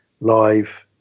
live